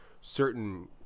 certain